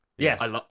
Yes